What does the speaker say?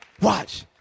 Watch